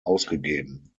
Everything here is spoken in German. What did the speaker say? ausgegeben